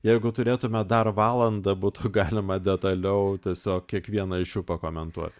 jeigu turėtume dar valandą būtų galima detaliau tiesiog kiekvieną iš jų pakomentuot